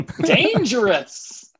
Dangerous